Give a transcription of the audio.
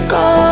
go